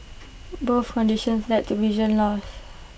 both conditions led to vision loss